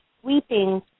sweeping